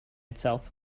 itself